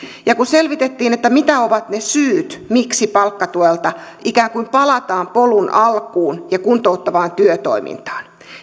kun selvitettiin mitä ovat ne syyt miksi palkkatuelta ikään kuin palataan polun alkuun ja kuntouttavaan työtoimintaan